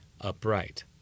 upright